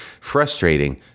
Frustrating